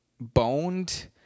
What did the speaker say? boned